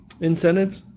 incentives